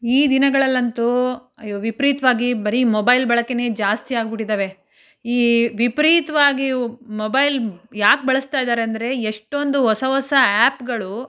ಈ ದಿನಗಳಲ್ಲಂತೂ ವಿಪರೀತ್ವಾಗಿ ಬರೀ ಮೊಬೈಲ್ ಬಳಕೆಯೇ ಜಾಸ್ತಿಯಾಗಿಬಿಟ್ಟಿದ್ದವೆ ಈ ವಿಪರೀತ್ವಾಗಿಯೂ ಮೊಬೈಲ್ ಯಾಕೆ ಬಳಸ್ತಾಯಿದ್ದಾರೆ ಅಂದರೆ ಎಷ್ಟೊಂದು ಹೊಸ ಹೊಸ ಆ್ಯಪ್ಗಳು